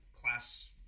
class